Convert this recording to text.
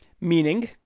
Meaning